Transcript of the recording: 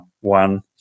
one